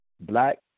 black